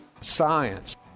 science